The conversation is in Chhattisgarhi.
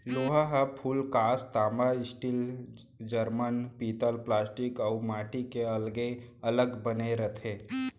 लोटा ह फूलकांस, तांबा, स्टील, जरमन, पीतल प्लास्टिक अउ माटी के अलगे अलग बने रथे